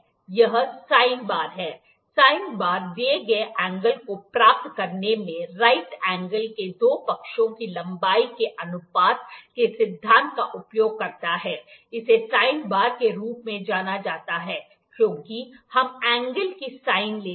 यह sine bar है sine bar दिए गए एंगल को प्राप्त करने में राइट एंगल के दो पक्षों की लंबाई के अनुपात के सिद्धांत का उपयोग करता है इसे साइन बार के रूप में जाना जाता है क्योंकि हम एंगल की साइन लेते हैं